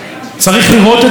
צריך לראות את הדיון,